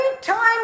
time